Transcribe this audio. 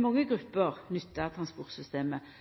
Mange grupper nyttar transportsystemet.